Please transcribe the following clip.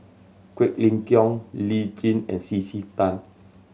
Quek Ling Kiong Lee Tjin and C C Tan